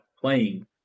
playing